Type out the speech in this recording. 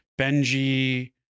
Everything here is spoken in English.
Benji